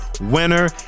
winner